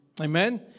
Amen